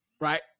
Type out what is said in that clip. right